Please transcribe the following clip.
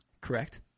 Correct